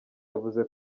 yavuze